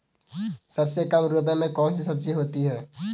सबसे कम रुपये में कौन सी सब्जी होती है?